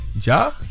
Ja